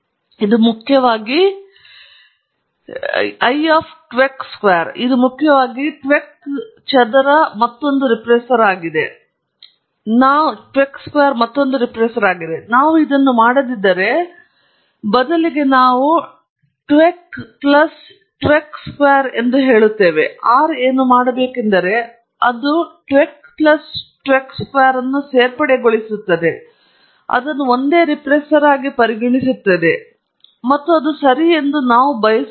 ಇದು ಮುಖ್ಯವಾಗಿ ಆರ್ ಹೇಳುತ್ತದೆ tvec ಚದರ ಮತ್ತೊಂದು ರಿಪ್ರೆಸರ್ ಆಗಿದೆ ನಾವು ಇದನ್ನು ಮಾಡದಿದ್ದರೆ ಬದಲಿಗೆ ನಾವು tvec plus tvec square ಎಂದು ಹೇಳುತ್ತೇವೆ R ಏನು ಮಾಡಬೇಕೆಂದರೆ ಅದು tvec plus tvec square ಅನ್ನು ಸೇರ್ಪಡೆಗೊಳಿಸುತ್ತದೆ ಮತ್ತು ಅದನ್ನು ಒಂದೇ ರೆಪ್ರೆಸರ್ ಆಗಿ ಪರಿಗಣಿಸುತ್ತದೆ ಮತ್ತು ಅದು ಸರಿ ಎಂದು ನಾವು ಬಯಸುವುದಿಲ್ಲ